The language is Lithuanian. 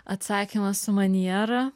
atsakymą su maniera